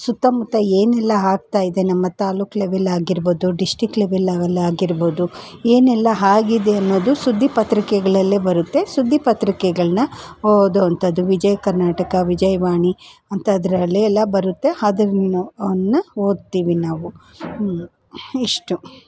ಸುತ್ತಮುತ್ತ ಏನೆಲ್ಲಾ ಆಗ್ತಾಯಿದೆ ನಮ್ಮ ತಾಲೂಕ್ ಲೆವೆಲ್ ಆಗಿರ್ಬೋದು ಡಿಸ್ಟ್ರಿಕ್ಟ್ ಲೆವೆಲ್ ಆಗಿರ್ಬೋದು ಏನೆಲ್ಲಾ ಆಗಿದೆ ಅನ್ನೋದು ಸುದ್ದಿ ಪತ್ರಿಕೆಗಳಲ್ಲೇ ಬರುತ್ತೆ ಸುದ್ದಿ ಪತ್ರಿಕೆಗಳನ್ನ ಓದೋಅಂತದ್ದು ವಿಜಯ ಕರ್ನಾಟಕ ವಿಜಯವಾಣಿ ಅಂತಂದರಲ್ಲಿ ಎಲ್ಲಾ ಬರುತ್ತೆ ಅದನ್ನ ಓದ್ತೀವಿ ನಾವು ಇಷ್ಟು